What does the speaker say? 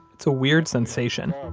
it's a weird sensation.